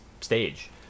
stage